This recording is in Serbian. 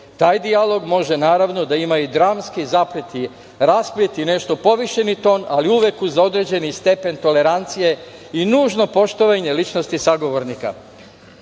dijalog može, naravno, da ima i dramski i zaplet i rasplet i nešto povišeni ton, ali uvek uz određeni stepen tolerancije i nužno poštovanje ličnosti sagovornika. Kolega